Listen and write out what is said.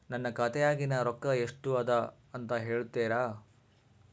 ನನ್ನ ಖಾತೆಯಾಗಿನ ರೊಕ್ಕ ಎಷ್ಟು ಅದಾ ಅಂತಾ ಹೇಳುತ್ತೇರಾ?